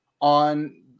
on